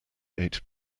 eight